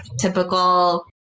Typical